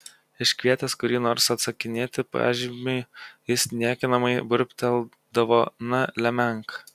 iškvietęs kurį nors atsakinėti pažymiui jis niekinamai burbteldavo na lemenk